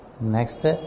next